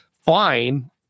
fine